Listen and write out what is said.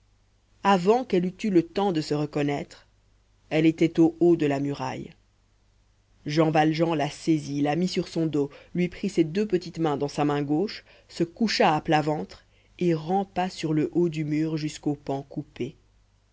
avant qu'elle eût eu le temps de se reconnaître elle était au haut de la muraille jean valjean la saisit la mit sur son dos lui prit ses deux petites mains dans sa main gauche se coucha à plat ventre et rampa sur le haut du mur jusqu'au pan coupé